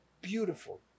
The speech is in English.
beautiful